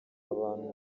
abantu